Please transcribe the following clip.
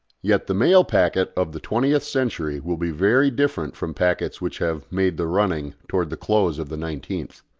yet the mail-packet of the twentieth century will be very different from packets which have made the running towards the close of the nineteenth.